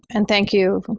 and thank you.